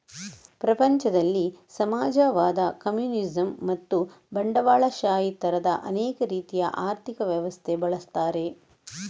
ಪ್ರಪಂಚದಲ್ಲಿ ಸಮಾಜವಾದ, ಕಮ್ಯುನಿಸಂ ಮತ್ತು ಬಂಡವಾಳಶಾಹಿ ತರದ ಅನೇಕ ರೀತಿಯ ಆರ್ಥಿಕ ವ್ಯವಸ್ಥೆ ಬಳಸ್ತಾರೆ